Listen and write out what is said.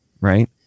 right